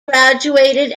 graduated